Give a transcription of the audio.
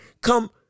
come